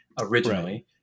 originally